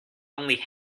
only